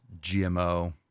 GMO